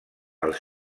els